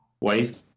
wife